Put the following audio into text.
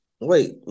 Wait